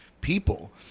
people